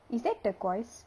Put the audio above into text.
is that turquoise